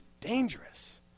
dangerous